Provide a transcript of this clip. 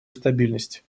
стабильность